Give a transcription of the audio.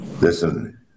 Listen